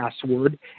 password